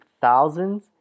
thousands